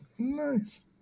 Nice